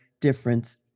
difference